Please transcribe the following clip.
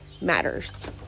matters